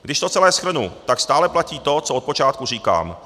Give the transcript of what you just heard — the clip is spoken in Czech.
Když to celé shrnu, tak stále platí to, co od počátku říkám.